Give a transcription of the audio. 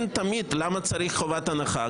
הרי למה צריך חובת הנחה?